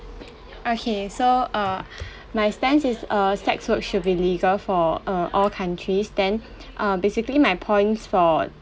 okay so err my stand is err sex work should be legal for err all countries then um basically my points for